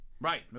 Right